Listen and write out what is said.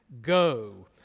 Go